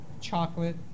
Chocolate